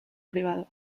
privado